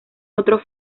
otro